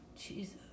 Jesus